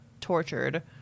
tortured